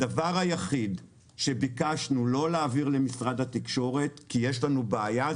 הדבר היחיד שביקשנו לא להעביר למשרד התקשורת כי יש לנו בעיה,